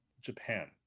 japan